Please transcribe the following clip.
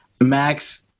Max